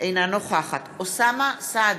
אינה נוכחת אוסאמה סעדי,